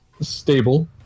stable